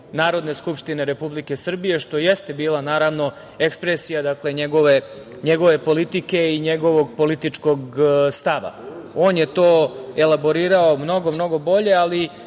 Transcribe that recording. Narodne skupštine Republike Srbije, što jeste bila naravno ekspresija njegove politike i njegovog političkog stava. On je to elaborirao mnogo bolje.